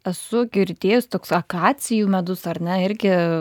esu girdėjus toks akacijų medus ar ne irgi